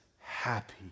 happy